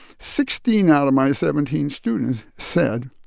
sixteen out of my seventeen students said,